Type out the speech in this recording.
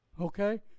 Okay